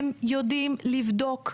הם יודעים לבדוק.